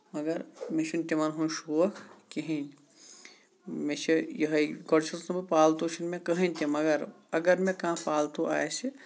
مَگر مےٚ چھُنہٕ تِمن ہُند شوق کِہیٖنۍ مےٚ چھُ یِہوے گۄڈٕ چھُس نہٕ بہٕ پالتوٗ چھُنہٕ مےٚ کٕہٕنۍ تہِ مَگر اَگر مےٚ کانہہ پالتوٗ آسہِ